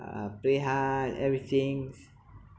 uh play hard everything